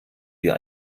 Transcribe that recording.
dir